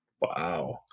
wow